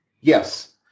Yes